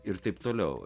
ir taip toliau